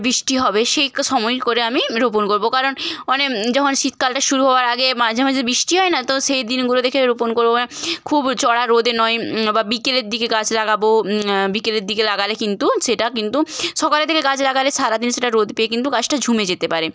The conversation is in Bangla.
বৃষ্টি হবে সেরকম সময় করে আমি রোপণ করবো কারণ অনেক যখন শীতকালটা শুরু হওয়ার আগে মাঝে মাঝে বৃষ্টি হয় না তো সেই দিনগুলো দেখে রোপণ করবো খুব চড়া রোদে নয় বা বিকেলের দিকে গাছ লাগাবো বিকেলের দিকে লাগালে কিন্তু সেটা কিন্তু সকালের দিকে গাছ লাগালে সারা দিন সেটা রোদ পেয়ে কিন্তু গাছটা ঝুমে যেতে পারে